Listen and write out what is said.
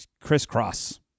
Crisscross